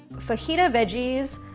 fajita veggies,